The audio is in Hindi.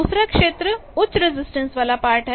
दूसरा क्षेत्र उच्च रजिस्टेंस वाला पार्ट है